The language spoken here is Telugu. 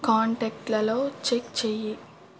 కాంటాక్ట్లలో చెక్ చేయి